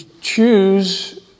choose